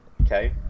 okay